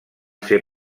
ser